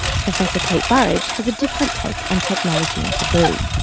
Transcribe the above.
professor kate burridge has a different take on technology and taboo.